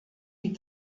die